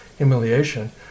humiliation